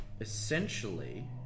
Essentially